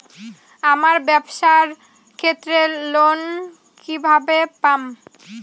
আমার ব্যবসার ক্ষেত্রে লোন কিভাবে পাব?